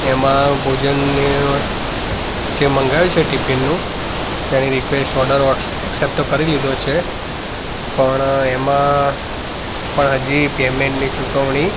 એમાં ભોજન ને જે મગાવ્યું છે ટિફિનનું એની રીકવેસ્ટ ઓડર ઓસ એક્સેપટ તો કરી લીધો છે પણ એમાં પણ હજી પેમેન્ટની ચૂકવણી